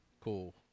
Cool